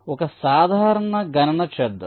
ఒక సాధారణ గణన చేద్దాం